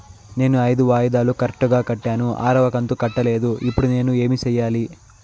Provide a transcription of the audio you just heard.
నేను ఐదు వాయిదాలు కరెక్టు గా కట్టాను, ఆరవ కంతు కట్టలేదు, ఇప్పుడు నేను ఏమి సెయ్యాలి?